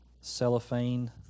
cellophane